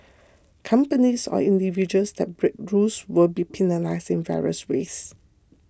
companies or individuals that break rules will be penalised in various ways